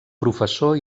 professor